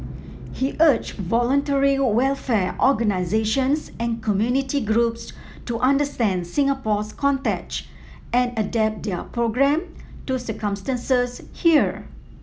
he urged voluntary welfare organisations and community groups to understand Singapore's context and adapt their programme to circumstances here